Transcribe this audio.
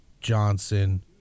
Johnson